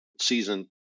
season